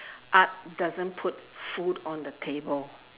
art doesn't put food on the table